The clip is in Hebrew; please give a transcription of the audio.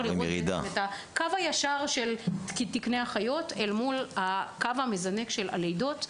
לראות את הקו הישר של תקני האחיות אל מול הקו המזנק של הלידות,